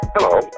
Hello